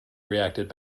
reacted